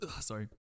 Sorry